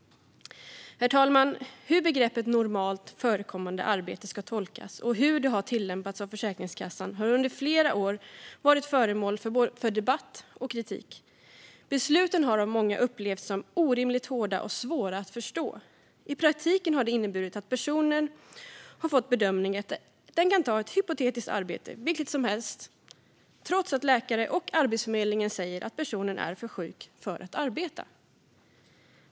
Herr talman! Hur begreppet normalt förekommande arbete ska tolkas och hur det har tillämpats av Försäkringskassan har under flera år varit föremål för debatt och kritik. Besluten har av många upplevts som orimligt hårda och svåra att förstå. I praktiken har det inneburit att det gjorts en bedömning att en person kan ta ett hypotetiskt arbete, vilket som helst, trots att läkare och Arbetsförmedlingen säger att personen är för sjuk för att arbeta.